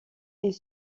est